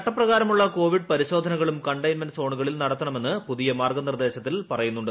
ചട്ടപ്രകാരമുള്ള Covid പരിശ്രോ ്ട്രിക്കളും containment സോണുകളിൽ നടത്തണമെന്ന് പ്രൂതിയ മാർഗനിർദേശത്തിൽ പറയുന്നുണ്ട്